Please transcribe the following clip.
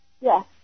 Yes